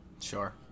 Sure